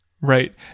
Right